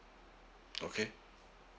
okay